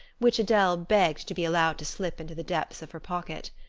which adele begged to be allowed to slip into the depths of her pocket.